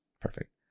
perfect